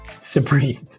supreme